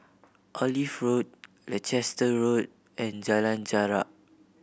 Olive Road Leicester Road and Jalan Jarak